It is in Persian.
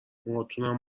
موهاتونم